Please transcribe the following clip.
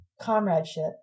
comradeship